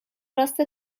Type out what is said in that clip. راست